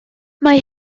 mae